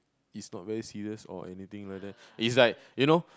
is not very serious or anything like that it's like you know